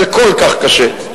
זה כל כך קשה,